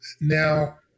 now